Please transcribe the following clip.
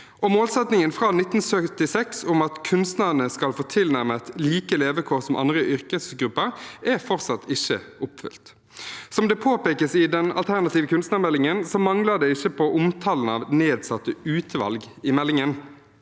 Målsettingen fra 1976 om at kunstnerne skal få tilnærmet like levekår som andre yrkesgrupper, er fortsatt ikke oppfylt. Som det påpekes i den alternative kunstnermeldingen, mangler det ikke på omtale av nedsatte utvalg i meldingen,